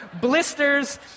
blisters